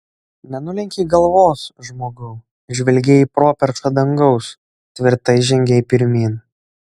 nenulenkei galvos žmogau žvelgei į properšą dangaus tvirtai žengei pirmyn